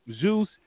zeus